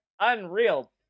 unreal